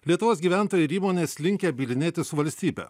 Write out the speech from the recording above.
lietuvos gyventojai ir įmonės linkę bylinėtis su valstybę